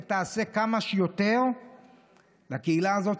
ותעשה כמה שיותר לקהילה הזו,